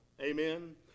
Amen